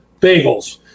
bagels